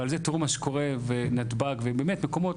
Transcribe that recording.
ועל זה, תראו מה שקורה בנתב"ג ובאמת מקומות.